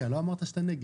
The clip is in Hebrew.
לא אמרת שאתה נגד.